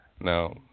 Now